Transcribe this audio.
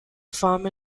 farm